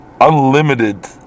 unlimited